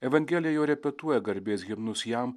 evangelija jau repetuoja garbės himnus jam